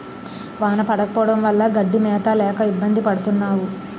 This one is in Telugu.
వాన పడకపోవడం వల్ల గడ్డి మేత లేక ఇబ్బంది పడతన్నావు